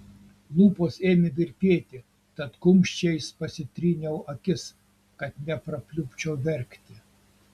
lūpos ėmė virpėti tad kumščiais pasitryniau akis kad neprapliupčiau verkti